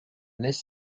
this